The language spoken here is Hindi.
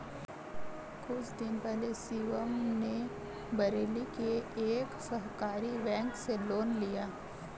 कुछ दिन पहले शिवम ने बरेली के एक सहकारी बैंक से लोन लिया